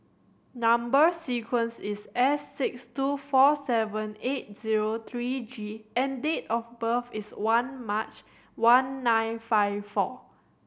number sequence is S six two four seven eight zero three G and date of birth is one March one nine five four